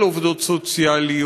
על עובדות סוציאליות,